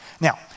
Now